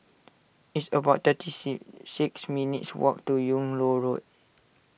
it's about thirty see six minutes' walk to Yung Loh Road